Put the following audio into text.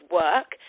work